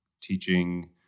teaching